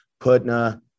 Putna